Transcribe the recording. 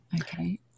Okay